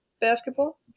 basketball